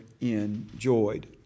enjoyed